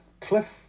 Cliff